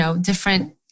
different